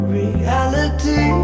reality